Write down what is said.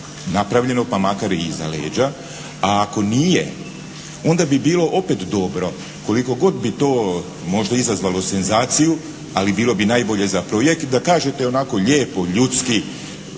napravljeno, pa makar i iza leđa. A ako nije, onda bi bilo opet dobro, koliko god bi to možda izazvalo senzaciju ali, bilo bi najbolje za projekt da kažete onako lijepo, ljudski,